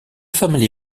family